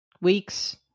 Weeks